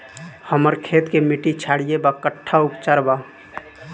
हमर खेत के मिट्टी क्षारीय बा कट्ठा उपचार बा?